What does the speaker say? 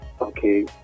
okay